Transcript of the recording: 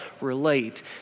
relate